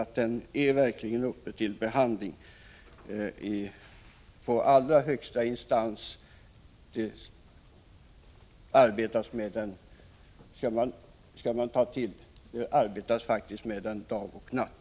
Frågan är uppe till behandling i allra högsta instans. Det arbetas faktiskt med den dag och natt.